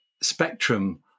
spectrum